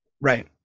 right